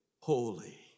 holy